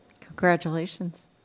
Congratulations